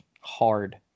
hard